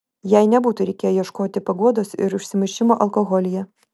jai nebūtų reikėję ieškoti paguodos ir užsimiršimo alkoholyje